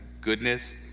goodness